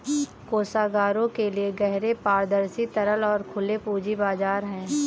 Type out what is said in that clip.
कोषागारों के लिए गहरे, पारदर्शी, तरल और खुले पूंजी बाजार हैं